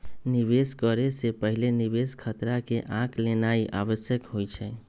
निवेश करे से पहिले निवेश खतरा के आँक लेनाइ आवश्यक होइ छइ